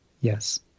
yes